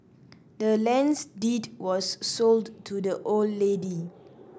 the land's deed was sold to the old lady